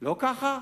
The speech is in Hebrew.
לא ככה?